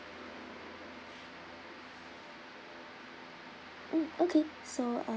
mm okay so uh